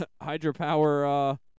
hydropower